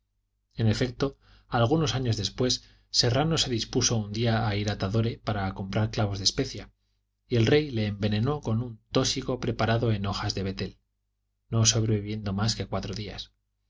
en efecto algunos años después serrano se dispuso un día a ir a tadore para comprar clavos de especia y el rey le envenenó con un tósigo preparado en hojas de betel no sobreviviendo mas que cuatro días